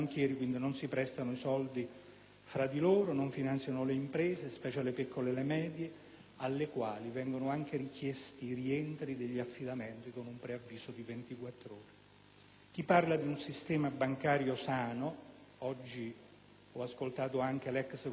fra loro, non finanziano le imprese, specie le piccole e le medie, alle quali vengono anche richiesti rientri degli affidamenti con un preavviso di ventiquattro ore. Chi parla di un sistema bancario sano (oggi ho ascoltato anche l'ex governatore della Banca d'Italia